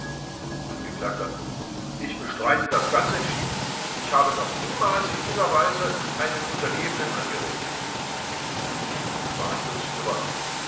angekl ich bestreite das ganz entschieden ich habe noch niemals in dieser weise einen untergebenen angeredet